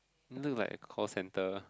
look like a call center